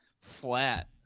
flat